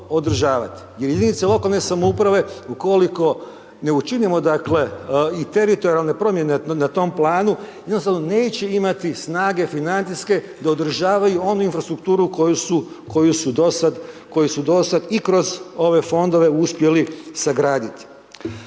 jer jedinice lokalne samouprave ukoliko ne učinimo, dakle, i teritorijalne promjene na tom planu, jednostavno neće imati snage financijske da održavaju onu infrastrukturu koju su, koju su dosad, koju su dosad i kroz ove fondove uspjeli sagraditi.